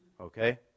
Okay